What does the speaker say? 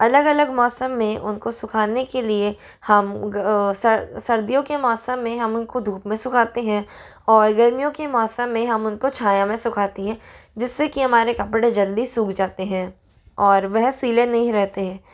अलग अलग मौसम में उनको सुखाने के लिए हम सर सर्दियों के मौसम में हम उनको धूप में सुखाते हैं और गर्मियों के मौसम में हम उनको छाया में सुखाते हैं जिस से कि हमारे कपड़े जल्दी सूख जाते हैं और वह सीले नहीं रहते